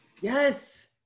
yes